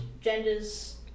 genders